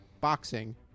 boxing